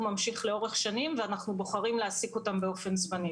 ממשיך לאורך שנים ואנחנו בוחרים להעסיק אותם באופן זמני,